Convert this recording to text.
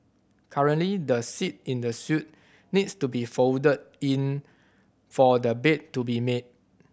currently the seat in the suite needs to be folded in for the bed to be made